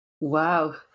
Wow